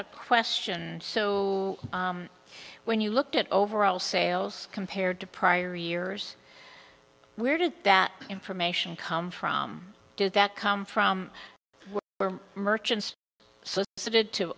a question and so when you looked at overall sales compared to prior years where did that information come from did that come from merchants